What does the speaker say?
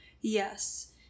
Yes